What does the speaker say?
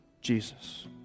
Jesus